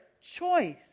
choice